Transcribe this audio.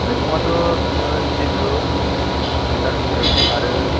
मैगङाथ' बिदिनो सिब्रु जोगोनार बिजौ आरो